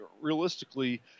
realistically